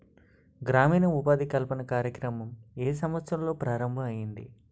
గ్రామీణ ఉపాధి కల్పన కార్యక్రమం ఏ సంవత్సరంలో ప్రారంభం ఐయ్యింది?